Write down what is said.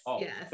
Yes